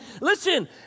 listen